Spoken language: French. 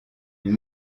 une